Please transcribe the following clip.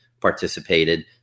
participated